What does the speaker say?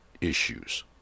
issues